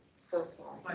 so sorry.